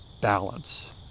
balance